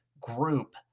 group